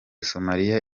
somalia